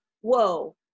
whoa